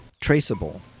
traceable